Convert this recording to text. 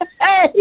Hey